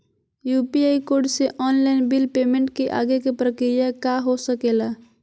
UPI code से online bill payment के आगे के प्रक्रिया का हो सके ला?